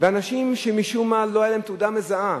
ואנשים שמשום מה לא היתה להם תעודה מזהה,